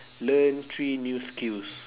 learn three new skills